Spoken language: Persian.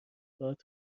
هات